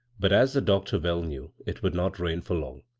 but, as the doctor well knew, it would not reign for long.